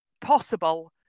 possible